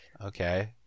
okay